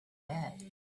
bed